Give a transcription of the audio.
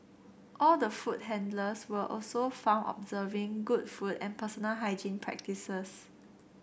all the food handlers will also found observing good food and personal hygiene practices